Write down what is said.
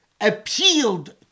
appealed